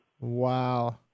Wow